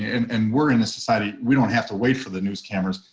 and and we're in a society, we don't have to wait for the news cameras,